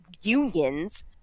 unions